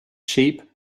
sheep